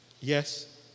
Yes